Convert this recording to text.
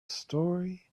story